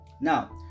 Now